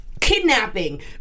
Kidnapping